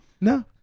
No